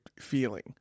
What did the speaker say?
feeling